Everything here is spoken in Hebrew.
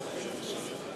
מכיוון שאתה אומר שהצעת החוק,